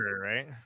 right